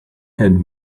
had